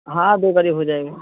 ہاں دو گاڑی ہو جائے گا